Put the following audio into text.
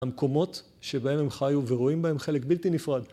המקומות שבהם הם חיו ורואים בהם חלק בלתי נפרד.